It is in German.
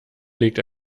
legt